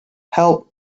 help